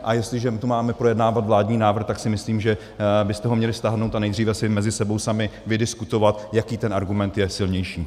A jestliže my tu máme projednávat vládní návrh, tak si myslím, že byste ho měli stáhnout a nejdříve si mezi sebou sami vydiskutovat, jaký ten argument je silnější.